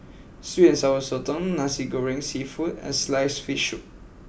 Sweet and Sour Sotong Nasi Goreng Seafood and Sliced Fish Soup